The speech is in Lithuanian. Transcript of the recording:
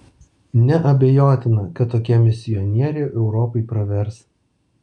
neabejotina kad tokie misionieriai europai pravers